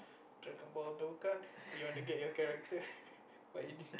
dragon-ball you want to get your character or anything